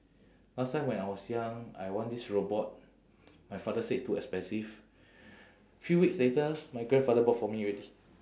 last time when I was young I want this robot my father say too expensive three weeks later my grandfather bought for me already